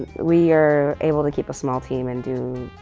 we are able to keep a small team and do,